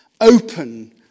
open